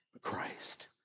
Christ